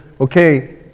okay